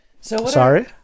Sorry